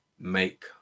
make